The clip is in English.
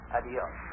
Adios